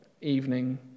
evening